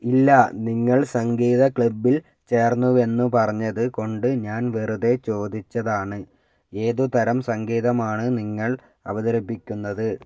ഇല്ല നിങ്ങൾ സംഗീത ക്ലബ്ബിൽ ചേർന്നുവെന്ന് പറഞ്ഞത് കൊണ്ട് ഞാൻ വെറുതെ ചോദിച്ചതാണ് ഏതുതരം സംഗീതമാണ് നിങ്ങൾ അവതരിപ്പിക്കുന്നത്